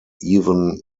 evan